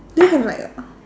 do you have like uh